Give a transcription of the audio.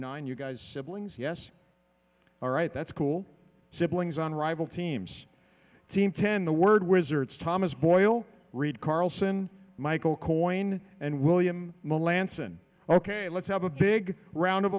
nine you guys siblings yes all right that's cool siblings on rival teams team ten the word wizards thomas boyle reed carlson michael coyne and william melanne hsan ok let's have a big round of